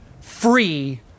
free